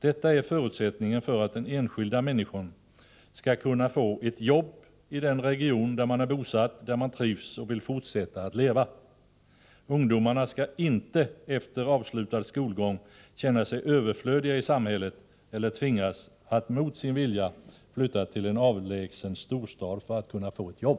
Detta är en förutsättning för att den enskilda människan skall kunna få ett jobbi den region där hon är bosatt, där hon trivs och där hon vill fortsätta att leva. Ungdomarna skall inte efter avslutad skolgång känna sig överflödiga i samhället eller tvingas att mot sin vilja flytta till en avlägsen storstad för att kunna få ett jobb.